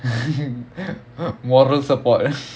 moral support